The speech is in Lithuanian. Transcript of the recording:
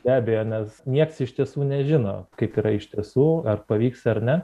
be abejo nes nieks iš tiesų nežino kaip yra iš tiesų ar pavyks ar ne